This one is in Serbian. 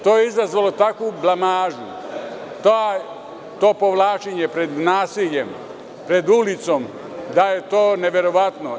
To je izazvalo takvu blamažu, to povlačenje pred nasiljem, pred ulicom, da je to neverovatno.